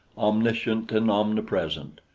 omniscient and omnipresent.